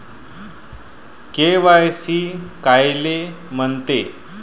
KYC कायले म्हनते?